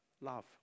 love